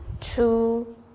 true